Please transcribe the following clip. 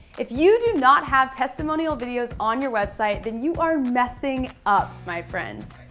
if you do not have testimonial videos on your website, then you are messing up, my friends.